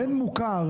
בין מוכר